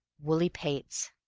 woolly pates.